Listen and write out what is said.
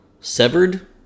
severed